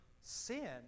Sin